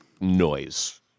noise